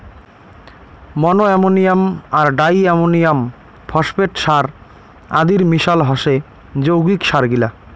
মনো ammonium আর di ammonium phosphate সার আদির মিশাল হসে যৌগিক সারগিলা